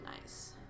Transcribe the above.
Nice